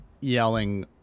yelling